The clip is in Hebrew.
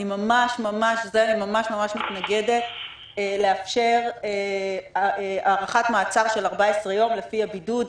אני ממש-ממש מתנגדת לאפשר הארכת מעצר של 14 יום לפי הבידוד.